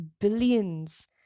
billions